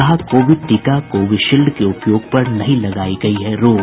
कहा कोविड टीका कोविशील्ड के उपयोग पर नहीं लगायी गयी है रोक